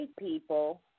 people